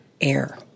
air